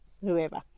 whoever